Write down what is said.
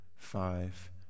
five